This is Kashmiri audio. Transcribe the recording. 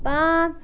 پانٛژھ